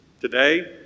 Today